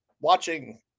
watching